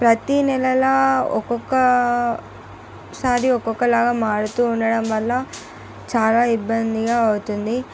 ప్రతీ నెలలో ఒక్కొక్క సారి ఒక్కొక్కలాగా మారుతూ ఉండడం వల్ల చాలా ఇబ్బందిగా అవుతుంది